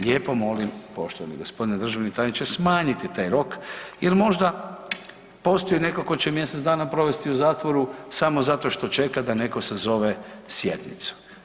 Lijepo molim poštovani gospodine državni tajniče smanjiti taj rok jer postoji možda netko tko će mjesec dana provesti u zatvoru samo zato što čeka da netko sazove sjednicu.